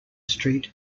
street